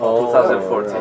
2014